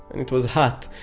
and it was hot.